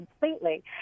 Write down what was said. completely